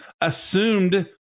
assumed